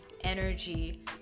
energy